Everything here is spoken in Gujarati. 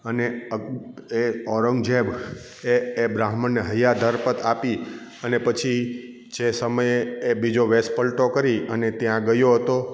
અને અક એ ઔરંગઝેબ એ બ્રાહ્મણ ને હૈયાદર્પદ આપી અને પછી જે સમયે એ બીજો વેશપલટો કરી અને ત્યાં ગયો હતો